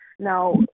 Now